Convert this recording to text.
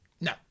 no